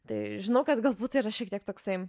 tai žinau kad galbūt tai yra šiek tiek toksai